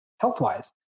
health-wise